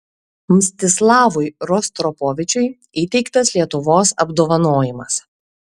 mstislavui rostropovičiui įteiktas lietuvos apdovanojimas